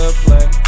play